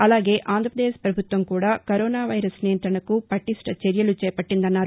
అలాగే ఆంధ్రప్రదేశ్ ప్రభుత్వం కూడా కరోనా వైరస్ నియంత్రణకు పటీష్ణ చర్యలు చేపట్టిందన్నారు